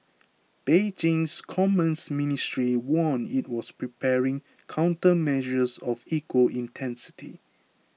Beijing's commerce ministry warned it was preparing countermeasures of equal intensity